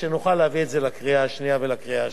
שנוכל להביא את זה לקריאה שנייה ולקריאה שלישית.